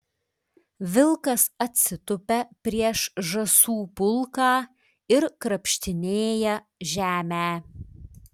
vilkas atsitupia prieš žąsų pulką ir krapštinėja žemę